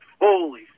holy